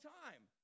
time